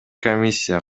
комиссия